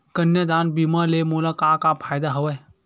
कन्यादान बीमा ले मोला का का फ़ायदा हवय?